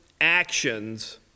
actions